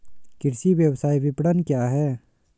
कृषि व्यवसाय विपणन क्या है?